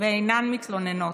ואינן מתלוננות.